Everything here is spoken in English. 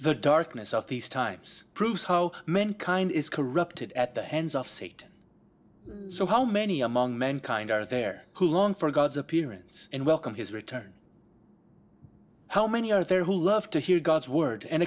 the darkness of these times proves how many kind is corrupted at the hands of state so how many among mankind are there who long for god's appearance and welcome his return how many are there who love to hear god's word and